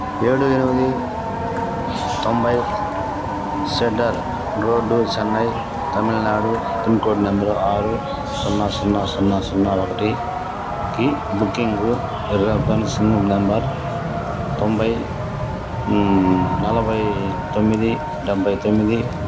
ఏడు ఎనిమిది తొంభై Sardar road Chennai Tamil Nadu pincode number ఆరు సున్నా సున్నా సున్నా సున్నా ఒకటికి బుకింగు రిఫరెన్స్ నెంబర్ తొంభై నలభై తొమ్మిది డెబ్బై తొమ్మిది